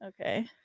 Okay